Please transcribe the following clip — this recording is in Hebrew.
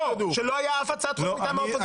לא, כשלא הייתה אף הצעת חוק מטעם האופוזיציה.